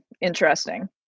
interesting